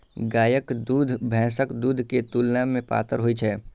गायक दूध भैंसक दूध के तुलना मे पातर होइ छै